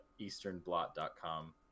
easternblot.com